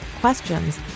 questions